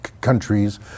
countries